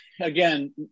again